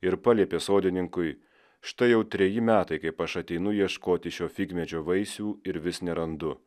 ir paliepė sodininkui štai jau treji metai kaip aš ateinu ieškoti šio figmedžio vaisių ir vis nerandu